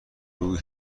بگو